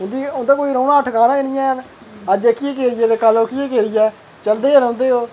क्योंकी उं'दा कोई रौंह्ना दा ठकाना गै निं ऐ अज्ज एह्कियें केरियें ते कल ओह्कियै केरियै चलदे गै रौंह्दे ओह्